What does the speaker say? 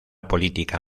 política